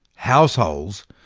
households,